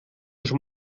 schon